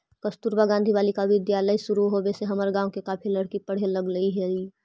कस्तूरबा गांधी बालिका विद्यालय शुरू होवे से हमर गाँव के काफी लड़की पढ़े लगले हइ